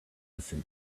listen